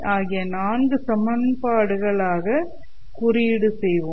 ஆகிய நான்கு சமன்பாடுகள் ஆக குறியீடு செய்வோம்